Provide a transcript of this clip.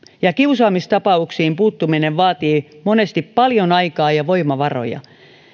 ja kiusaamistapauksiin puuttuminen vaatii monesti paljon aikaa ja voimavaroja